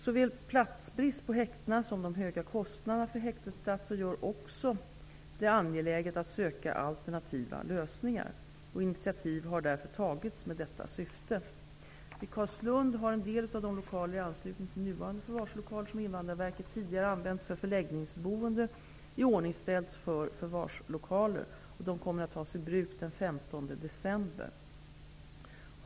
Såväl platsbrist på häktena som de höga kostnaderna för häktesplatser gör det också angeläget att söka alternativa lösningar. Initiativ har därför tagits med detta syfte. Vid Carlslund har en del av de lokaler i anslutning till nuvarande förvarslokaler som Invandrarverket tidigare använt för förläggningsboende iordningställts för förvarslokaler. De kommer att tas i bruk den 15 december.